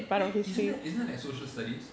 wait isn't that isn't that like social studies